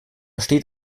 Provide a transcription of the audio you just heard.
steht